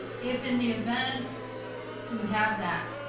if in the event you have that,